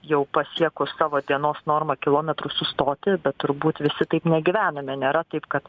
jau pasiekus savo dienos normą kilometrus sustoti bet turbūt visi taip negyvename nėra kaip kad